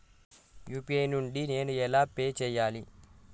UPI నుండి నేను ఎలా పే చెయ్యాలి?